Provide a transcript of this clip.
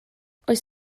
oes